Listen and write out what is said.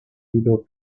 edo